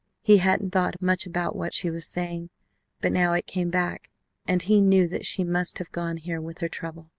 he hadn't thought much about what she was saying but now it came back and he knew that she must have gone here with her trouble.